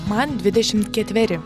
man dvidešimt ketveri